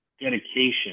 dedication